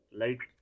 light